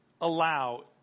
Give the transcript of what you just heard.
allow